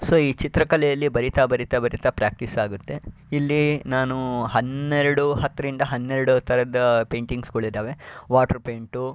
so ಈ ಚಿತ್ರಕಲೆಯಲ್ಲಿ ಬರಿತಾ ಬರಿತಾ ಬರಿತಾ ಪ್ರ್ಯಾಕ್ಟಿಸ್ ಆಗತ್ತೆ ಇಲ್ಲಿ ನಾನು ಹನ್ನೆರಡು ಹತ್ತರಿಂದ ಹನ್ನೆರಡು ಥರದ ಪೇಂಟಿಂಗ್ಸ್ಗಳಿದ್ದಾವೆ ವಾಟ್ರ್ ಪೇಂಟು